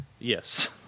Yes